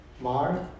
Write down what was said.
Mark